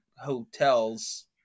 hotels